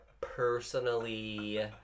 personally